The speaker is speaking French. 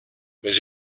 mais